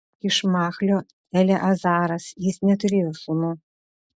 iš machlio eleazaras jis neturėjo sūnų